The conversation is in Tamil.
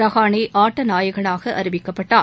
ரஹானே ஆட்டநாயகனாக அறிவிக்கப்பட்டார்